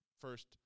first